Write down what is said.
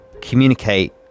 communicate